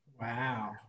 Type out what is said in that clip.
Wow